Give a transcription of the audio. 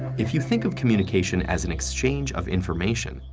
if you think of communication as an exchange of information,